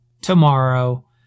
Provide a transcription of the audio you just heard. tomorrow